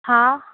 हा